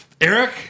Eric